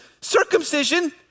circumcision